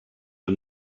are